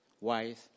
wise